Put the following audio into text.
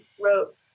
wrote